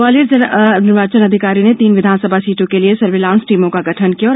ग्वालियर जिला निर्वाचन अधिकारी ने तीन विधानसभा सीटों के लिए सर्विलांस टीमों का गठन किया है